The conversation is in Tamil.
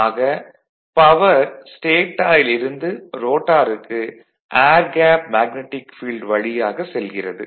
ஆக பவர் ஸ்டேடாரில் இருந்து ரோட்டாருக்கு ஏர் கேப் மேக்னடிக் ஃபீல்டு வழியாக செல்கிறது